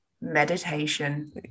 Meditation